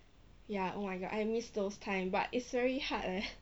ya oh my god I miss those time but it's very hard leh